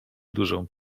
dużą